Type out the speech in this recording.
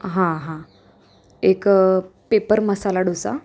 हां हां एक पेपर मसाला डोसा